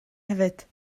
hefyd